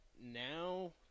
now